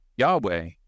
Yahweh